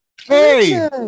Hey